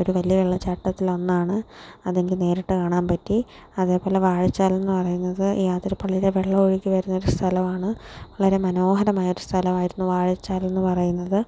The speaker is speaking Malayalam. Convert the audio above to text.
ഒരു വലിയ വെള്ളച്ചാട്ടത്തിൽ ഒന്നാണ് അതെനിക്ക് നേരിട്ട് കാണാൻ പറ്റി അതേപോലെ വാഴച്ചാൽ എന്ന് പറയുന്നത് ഈ ആതിരപ്പള്ളിയിലെ വെള്ളം ഒഴുകി വരുന്ന ഒരു സ്ഥലമാണ് വളരെ മനോഹരമായ ഒരു സ്ഥലമായിരുന്നു വാഴച്ചാൽ എന്ന് പറയുന്നത്